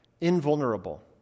invulnerable